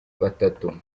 batatu